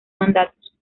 mandatos